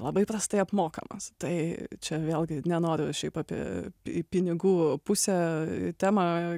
labai prastai apmokamas tai čia vėlgi nenoriu šiaip apie pinigų pusę temą